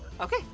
Okay